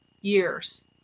years